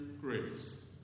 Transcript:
grace